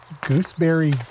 gooseberry